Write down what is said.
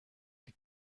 die